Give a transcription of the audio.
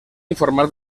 informar